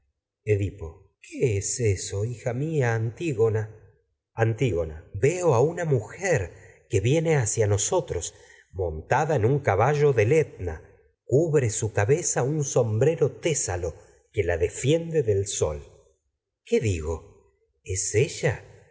qué es edipo eso a hija mía antígona mujer que viene antígona veo en un una hacia nos otros montada caballo del etna cubre su cabeza un sombrero tésalo que la defiendo del sol qué digo no es ella